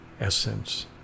essence